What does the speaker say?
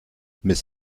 mist